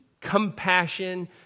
compassion